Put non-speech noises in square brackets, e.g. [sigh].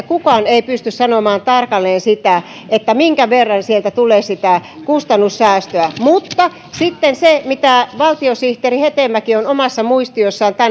[unintelligible] kukaan ei pysty sanomaan tarkalleen sitä minkä verran sieltä tulee kustannussäästöä mutta sitten siitä mitä valtiosihteeri hetemäki on omassa muistiossaan